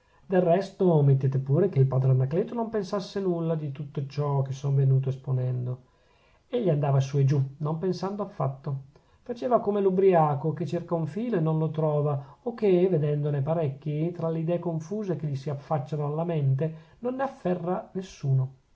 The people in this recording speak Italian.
del resto mettete pure che il padre anacleto non pensasse nulla di tutto ciò che son venuto esponendo egli andava su e giù non pensando affatto faceva come l'ubbriaco che cerca un filo e non lo trova o che vedendone parecchi tra le idee confuse che gli si affacciano alla mente non ne afferra nessuno